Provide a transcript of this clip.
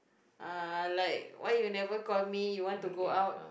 uh like why you never call me you want to go out